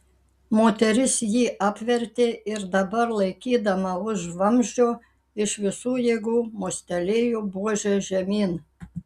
moteris jį apvertė ir dabar laikydama už vamzdžio iš visų jėgų mostelėjo buože žemyn